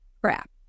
crap